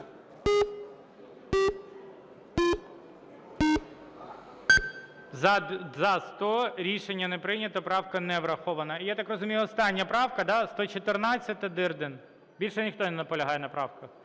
За-100 Рішення не прийнято. Правка не врахована. І, я так розумію, остання правка, да, 114-а, Дирдін? Більше ніхто не наполягає на правках.